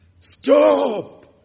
Stop